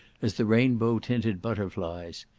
as the rainbow-tinted butterflies.